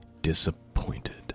disappointed